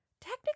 Technically